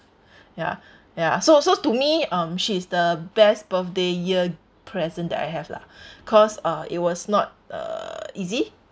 ya ya so so to me um she is the best birthday year present that I have lah cause uh it was not uh easy